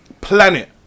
planet